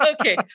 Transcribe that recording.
Okay